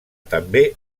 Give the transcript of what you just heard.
també